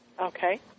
Okay